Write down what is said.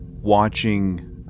watching